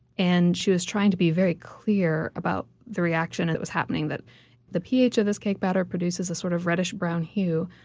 and she was trying to be clear about the reaction that was happening, that the ph of this cake batter produces a sort of reddish-brown hue,